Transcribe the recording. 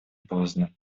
поздно